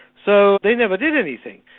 so they never did anything.